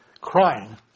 crying